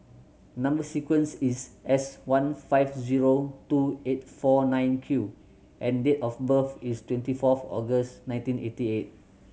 number sequence is S one five zero two eight four nine Q and date of birth is twenty fourth August nineteen eighty eight